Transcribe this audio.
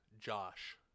Josh